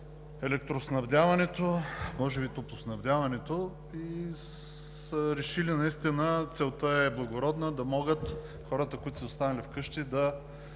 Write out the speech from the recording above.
електроснабдяването, може би и на топлоснабдяването. Наистина, целта е благородна – да могат хората, които са останали вкъщи, да